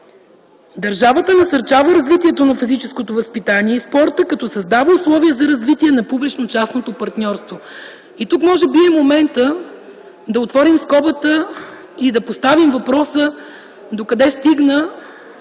държавата насърчава развитието на физическото възпитание и спорта, като създава условия за развитие на публично частното партньорство. Тук може би е моментът да отворим скобата и да поставим въпроса: докъде стигна